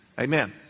Amen